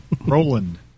Roland